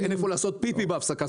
אין איפה לעשות פיפי בהפסקה,